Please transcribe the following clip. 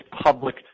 public